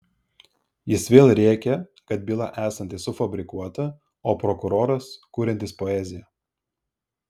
jis vėl rėkė kad byla esanti sufabrikuota o prokuroras kuriantis poeziją